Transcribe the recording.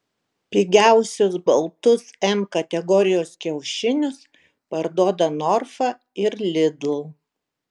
pigiausius baltus m kategorijos kiaušinius parduoda norfa ir lidl